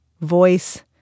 voice